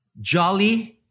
Jolly